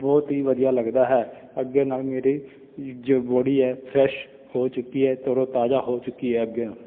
ਬਹੁਤ ਹੀ ਵਧੀਆ ਲੱਗਦਾ ਹੈ ਅੱਗੇ ਨਾਲ ਮੇਰੀ ਜੋ ਬੋਡੀ ਹੈ ਫਰੈਸ਼ ਹੋ ਚੁੱਕੀ ਹੈ ਤਰੋ ਤਾਜ਼ਾ ਹੋ ਚੁੱਕੀ ਹੈ ਅੱਗੇ ਨਾਲੋਂ